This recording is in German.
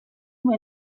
nur